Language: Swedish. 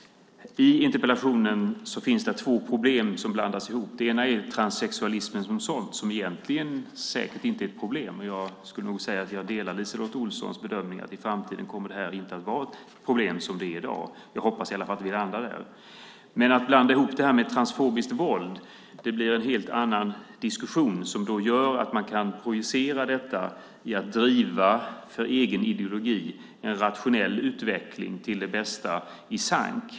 I interpellationen tas två problem upp som blandas ihop. Det ena är transsexualismen som sådant, som egentligen säkert inte är ett problem. Jag kan säga att jag delar LiseLotte Olssons bedömning att det i framtiden inte kommer att vara ett problem som det är i dag. Jag hoppas i alla fall att vi landar där. Men att blanda ihop detta med transfobiskt våld blir en helt annan diskussion. Det gör att man kan projicera detta i att driva för egen ideologi en rationell utveckling till det bästa i sank.